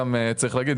גם צריך להגיד,